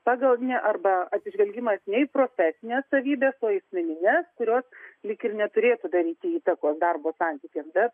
pagal arba atsižvelgimas ne į profesines savybes o į asmenines kurios lyg ir neturėtų daryti įtakos darbo santykiams bet